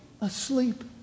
asleep